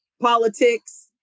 politics